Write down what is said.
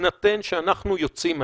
בהינתן שאנחנו יוצאים מהסגר.